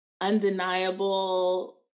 undeniable